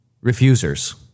refusers